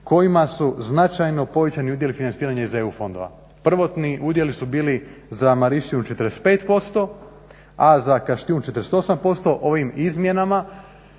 kojima su značajno povećani udjeli financiranja iz EU fondova. Prvotni udjeli su bili za Mariščinu 45%, a za Kaštijun 48%. Ovim izmjenama